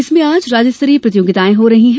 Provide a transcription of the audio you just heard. इसमें आज राज्य स्तरीय प्रतियोगिताएँ हो रही है